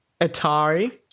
Atari